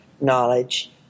knowledge